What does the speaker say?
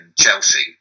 Chelsea